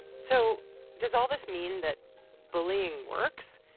so does all this mean that bullying works?